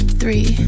three